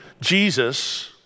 Jesus